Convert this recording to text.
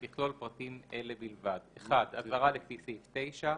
שתכלול פרטים אלה בלבד: (1)אזהרה לפי סעיף 9,